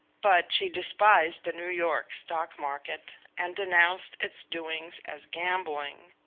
but she despised the new york stock market and denounced its doings as gambling.